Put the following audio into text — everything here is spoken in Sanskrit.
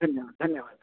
धन्यवादः धन्यवादः